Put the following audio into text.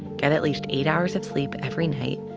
get at least eight hours of sleep every night,